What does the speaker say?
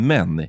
Men